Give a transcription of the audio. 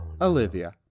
Olivia